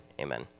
amen